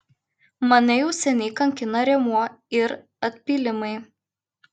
mane jau seniai kankina rėmuo ir atpylimai